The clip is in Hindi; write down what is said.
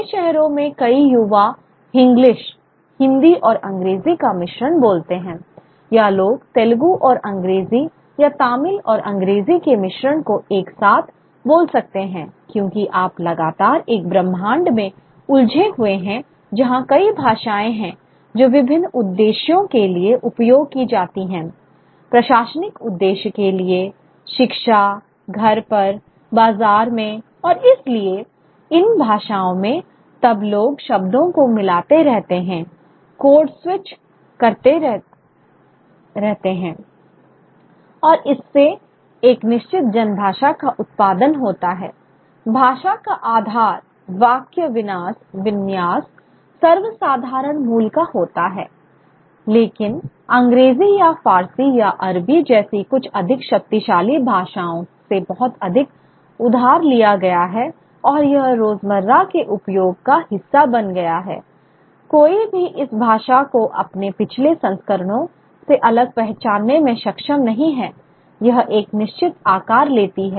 बड़े शहरों में कई युवा हिंग्लिश हिंदी और अंग्रेजी का मिश्रण बोलते हैं या लोग तेलुगु और अंग्रेजी या तमिल और अंग्रेजी के मिश्रण को एक साथ बोल सकते हैं क्योंकि आप लगातार एक ब्रह्मांड में उलझे हुए हैं जहां कई भाषाएं हैं जो विभिन्न उद्देश्यों के लिए उपयोग की जाती हैं प्रशासनिक उद्देश्य के लिए शिक्षा घर पर बाजार में और इसलिए इन भाषाओं में तब लोग शब्दों को मिलाते रहते हैं कोड स्विच करते रहते हैं और इससे एक निश्चित जन भाषा का उत्पादन होता है भाषा का आधार वाक्य विन्यास सर्वसाधारण मूल का होता है लेकिन अंग्रेजी या फारसी या अरबी जैसी कुछ अधिक शक्तिशाली भाषाओं से बहुत अधिक उधार लिया गया है और यह रोजमर्रा के उपयोग का हिस्सा बन गया है कोई भी इस भाषा को अपने पिछले संस्करणों से अलग पहचानने में सक्षम नहीं है यह एक निश्चित आकार लेती है